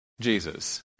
Jesus